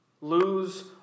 Lose